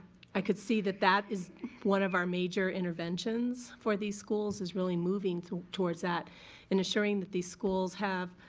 i could see that that is one of our major interventions for these schools is really moving towards that and assuring that these schools have,